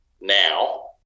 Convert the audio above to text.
now